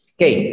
Okay